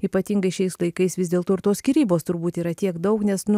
ypatingai šiais laikais vis dėlto ir tos skyrybos turbūt yra tiek daug nes nu